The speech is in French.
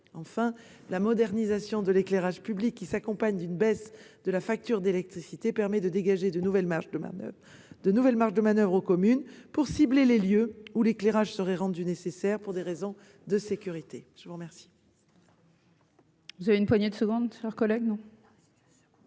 Enfin, la modernisation de l'éclairage public s'accompagne d'une baisse de la facture d'électricité, ce qui permet aux communes de dégager de nouvelles marges de manoeuvre pour cibler les lieux où l'éclairage serait rendu nécessaire pour des raisons de sécurité. La parole